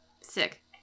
Sick